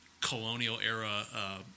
colonial-era